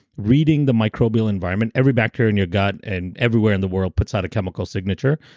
reading the microbial environment. every bacteria in your gut and everywhere in the world puts out a chemical signature.